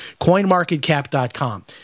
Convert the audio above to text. coinmarketcap.com